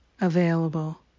available